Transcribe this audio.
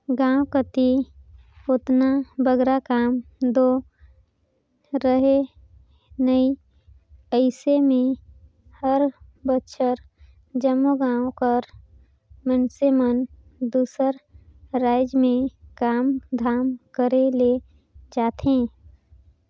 गाँव कती ओतना बगरा काम दो रहें नई अइसे में हर बछर जम्मो गाँव कर मइनसे मन दूसर राएज में काम धाम करे ले जाथें